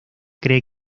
cree